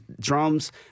drums